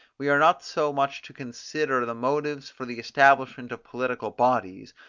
we are not so much to consider the motives for the establishment of political bodies,